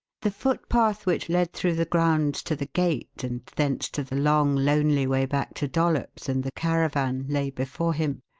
the footpath which led through the grounds to the gate and thence to the long lonely way back to dollops and the caravan lay before him.